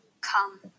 come